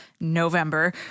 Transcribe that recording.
November